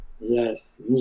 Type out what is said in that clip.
yes